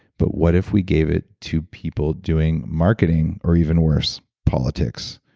but what if we gave it to people doing marketing or even worse, politics?